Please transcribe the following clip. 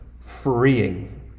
freeing